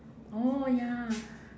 orh ya